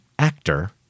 Actor